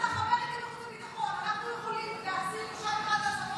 רגע, שנייה.